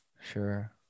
Sure